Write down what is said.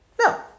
No